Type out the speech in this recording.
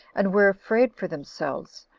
and were afraid for themselves,